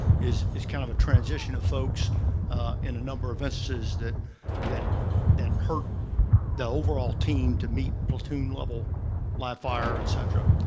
is is kind of a transition of folks in a number of instances that that hurt the overall team to meet platoon level live-fire, et cetera,